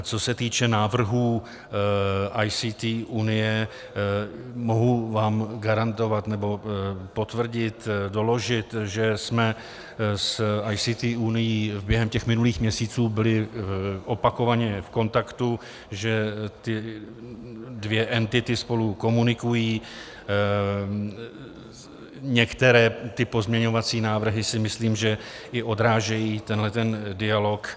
Co se týče návrhů ICT Unie, mohu vám garantovat nebo potvrdit, doložit, že jsme s ICT Unií během těch minulých měsíců byli opakovaně v kontaktu, že ty dvě entity spolu komunikují, některé ty pozměňovací návrhy, myslím, i odrážejí tenhle dialog.